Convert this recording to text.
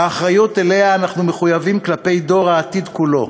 האחריות שלה אנחנו מחויבים כלפי דור העתיד כולו,